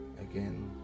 Again